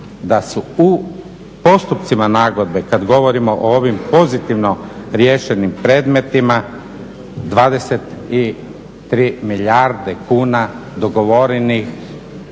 da su u postupcima nagodbe, kad govorimo o ovim pozitivno riješenim predmetima 23 milijarde kuna dogovorenih